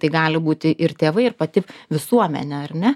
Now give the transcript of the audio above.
tai gali būti ir tėvai ir pati visuomenė ar ne